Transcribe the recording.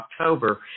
October